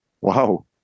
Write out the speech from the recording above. Wow